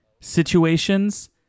situations